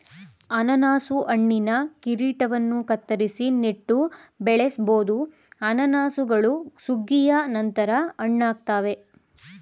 ಅನನಾಸು ಹಣ್ಣಿನ ಕಿರೀಟವನ್ನು ಕತ್ತರಿಸಿ ನೆಟ್ಟು ಬೆಳೆಸ್ಬೋದು ಅನಾನಸುಗಳು ಸುಗ್ಗಿಯ ನಂತರ ಹಣ್ಣಾಗ್ತವೆ